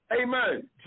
Amen